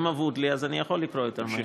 אם אבוד לי, אני יכול לקרוא יותר מהר.